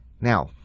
Now